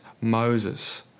Moses